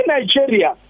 Nigeria